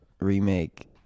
remake